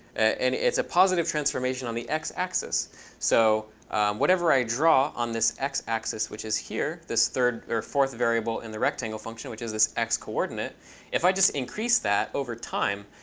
and it's a positive transformation on the x-axis. so whatever i draw on this x-axis, which is here, this third or fourth variable in the rectangle function which is this x-coordinate, if i just increase that over time,